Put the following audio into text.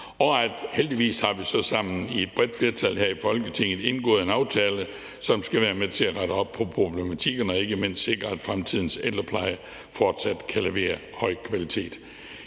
jo så heldigvis sammen i et bredt flertal her i Folketinget har indgået en aftale, som skal være med til at rette op på problematikkerne og ikke mindst sikre, at fremtidens ældrepleje fortsat kan levere høj kvalitet.